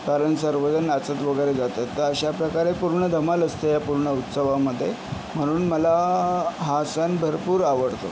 कारण सर्वजण नाचत वगैरे जातात तर अशाप्रकारे पूर्ण धमाल असते या पूर्ण उत्सवामध्ये म्हणून मला हा सण भरपूर आवडतो